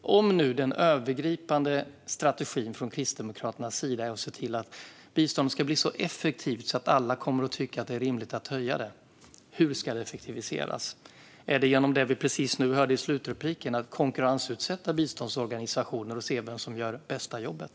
Om nu den övergripande strategin från Kristdemokraterna är att se till att biståndet ska bli så effektivt att alla tycker att det är rimligt att höja det, hur ska det effektiviseras? Är det genom det vi hörde i den senaste repliken, att konkurrensutsätta biståndsorganisationer och se vem som gör det bästa jobbet?